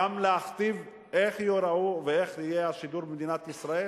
גם להכתיב איך ייראו ואיך יהיה השידור במדינת ישראל,